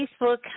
Facebook